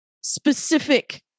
specific